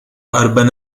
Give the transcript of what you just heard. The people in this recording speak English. urban